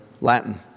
Latin